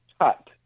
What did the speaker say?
cut